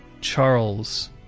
Charles